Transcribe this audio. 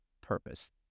purpose